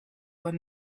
were